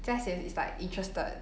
jiaxian is like interested